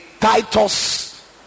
Titus